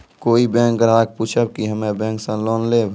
कोई बैंक ग्राहक पुछेब की हम्मे बैंक से लोन लेबऽ?